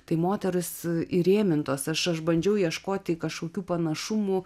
tai moters įrėmintos aš aš bandžiau ieškoti kažkokių panašumų